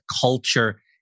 culture